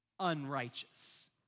unrighteous